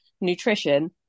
Nutrition